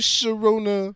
Sharona